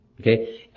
okay